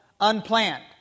unplanned